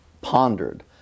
pondered